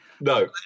No